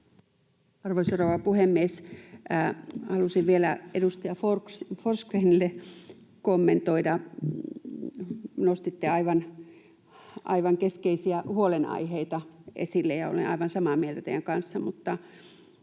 rouva puhemies! Haluaisin vielä edustaja Forsgrénille kommentoida. Nostitte aivan keskeisiä huolenaiheita esille, ja olen aivan samaa mieltä teidän kanssanne